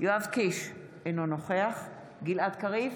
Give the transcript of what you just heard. יואב קיש, אינו נוכח גלעד קריב,